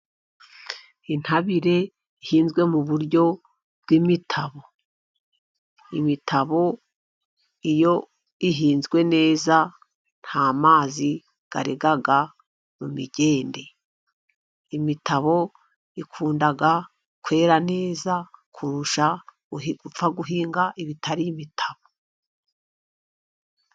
Intabire ihinzwe mu buryo bw' imitabo; imitabo iyo ihinzwe neza nta mazi arega mu migenda, imitabo ikunda kwera neza kurusha gupfa guhinga ibitari imitabo.